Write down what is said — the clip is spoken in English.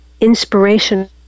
inspiration